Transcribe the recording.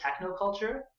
technoculture